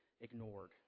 ignored